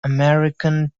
american